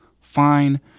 fine